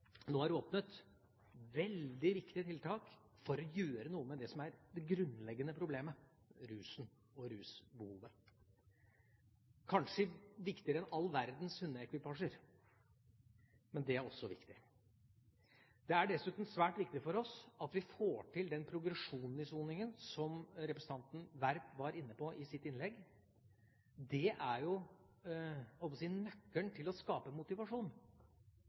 nå er åpnet, veldig viktige tiltak for å gjøre noe med det som er det grunnleggende problemet: rusen og rusbehovet. Kanskje er det viktigere enn all verdens hundeekvipasjer, men det er også viktig. Det er dessuten svært viktig for oss at vi får til den progresjonen i soningen som representanten Werp var inne på i sitt innlegg. Det er jo nøkkelen til å skape motivasjon.